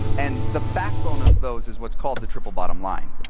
and the backbone of those is what's called the triple bottom line,